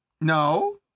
No